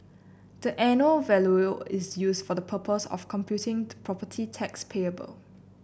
the annual value is used for the purpose of computing the property tax payable